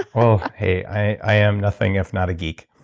um hey. i am nothing if not a geek.